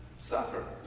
suffer